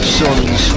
sons